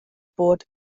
bod